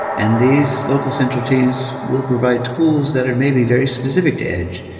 and these local central teams will provide tools that are may be very specific to edge.